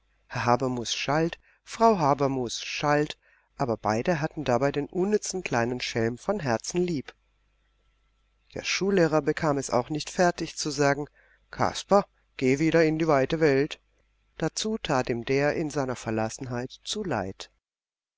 herr habermus schalt frau habermus schalt aber beide hatten dabei den unnützen kleinen schelm von herzen lieb der schullehrer bekam es auch nicht fertig zu sagen kasper geh wieder in die weite welt dazu tat ihm der in seiner verlassenheit zu leid